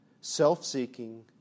self-seeking